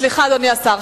סליחה, אדוני השר.